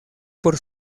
por